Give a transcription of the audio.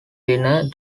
winner